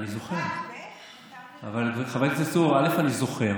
סגן השר לביטחון הפנים יואב סגלוביץ': אני זוכר.